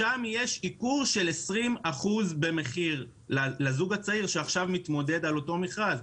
שם יש התייקרות של 20% במחיר לזוג צעיר שמתמודד עכשיו על אותו מכרז.